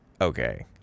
okay